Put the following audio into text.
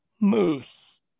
Moose